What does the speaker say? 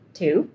two